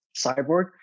cyborg